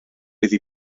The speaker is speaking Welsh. iddi